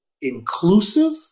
inclusive